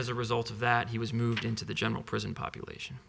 as a result of that he was moved into the general prison population